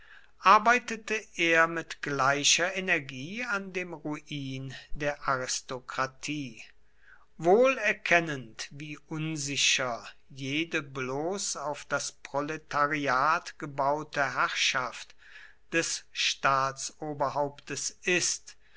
arbeitete er mit gleicher energie an dem ruin der aristokratie wohl erkennend wie unsicher jede bloß auf das proletariat gebaute herrschaft des staatsoberhauptes ist